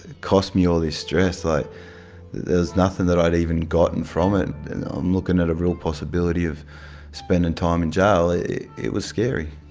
cost me all this stress, like there's nothing that i've even gotten from it and i'm looking at a real possibility of spending time in jail. it was scary.